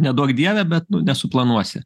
neduok dieve bet nu nesuplanuosi